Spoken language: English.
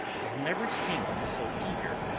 i have never seen him so eager.